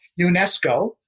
UNESCO